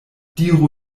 diru